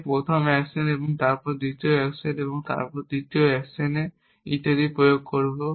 আমি প্রথম অ্যাকশন তারপর দ্বিতীয় অ্যাকশন তারপরে তৃতীয় অ্যাকশন ইত্যাদি প্রয়োগ করব